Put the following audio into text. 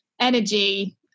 energy